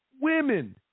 women